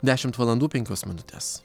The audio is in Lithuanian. dešimt valandų penkios minutės